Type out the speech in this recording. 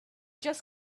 just